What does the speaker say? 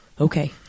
Okay